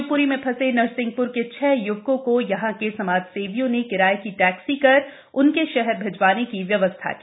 शिवपुरी में फंसे नरसिंहप्र के छह य्वकों को यहाँ के समाजसेवियों ने किराए की टैक्सी कर उनके शहर भिजवाने की व्यवस्था की